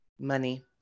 Money